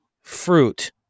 fruit